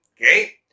okay